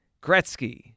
Gretzky